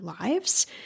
lives